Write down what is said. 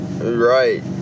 right